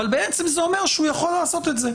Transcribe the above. אבל זה אומר שהוא יכול לעשות את זה.